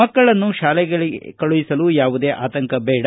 ಮಕ್ಕಳನ್ನು ಶಾಲೆಗಳನ್ನು ಕಳುಹಿಸಲು ಯಾವುದೇ ಆತಂಕಬೇಡ